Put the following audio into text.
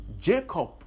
Jacob